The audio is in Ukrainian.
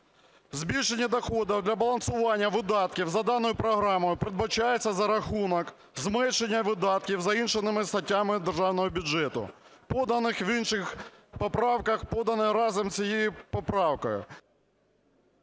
збільшення доходів для балансування видатків за даною програмою передбачається за рахунок зменшення видатків за іншими статтями державного бюджету, поданих в інших поправках, подані разом з цією поправкою…